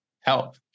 help